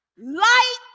light